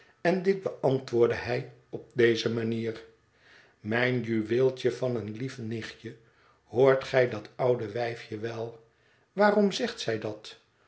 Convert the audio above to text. en dit beantwoordde hij op deze manier mijn juweeltje van een lief nichtje hoort gij dat oude wijfje wel waarom zegt zij dat